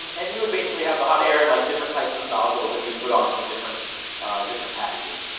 um and you would basically have the hot air, and like different types of nozzles that you would put on, for different different packages.